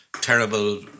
terrible